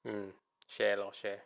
ya share or share